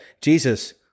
Jesus